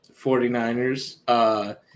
49ers